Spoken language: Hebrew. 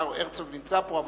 השר הרצוג נמצא פה,